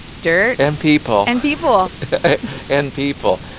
dirt and people and people and people.